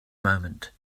moment